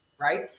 right